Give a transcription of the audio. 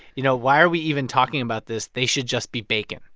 you know, why are we even talking about this? they should just be bacon,